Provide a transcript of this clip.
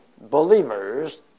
believers